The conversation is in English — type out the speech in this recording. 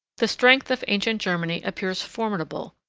the strength of ancient germany appears formidable,